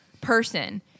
person